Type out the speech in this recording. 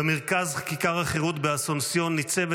במרכז כיכר החירות באסונסיון ניצבת